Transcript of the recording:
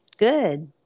Good